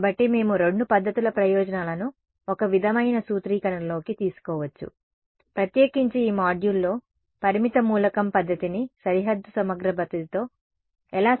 కాబట్టి మేము రెండు పద్ధతుల ప్రయోజనాలను ఒక విధమైన సూత్రీకరణలోకి తీసుకోవచ్చు ప్రత్యేకించి ఈ మాడ్యూల్లో పరిమిత మూలకం పద్ధతిని సరిహద్దు సమగ్ర పద్ధతితో ఎలా సమగ్ర పరచాలో చూడబోతున్నాం